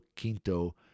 Quinto